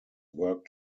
worked